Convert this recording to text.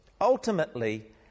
ultimately